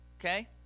okay